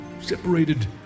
separated